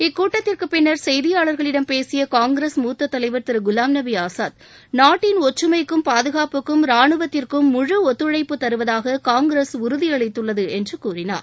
இக்கூட்டத்திற்கு பின்னர் செய்தியாளர்களிடம் பேசிய காங்கிரஸ் மூத்த தலைவர் திரு குலாம் நபி ஆசாத் நாட்டின் ஒற்றுமைக்கும் பாதுகாப்புக்கும் ராணுவத்திற்கும் முழு ஒத்துழைப்புத் தருவதாக காங்கிரஸ் உறுதியளித்துள்ளது என்று கூறினார்